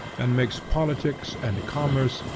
and makes politics, and commerce,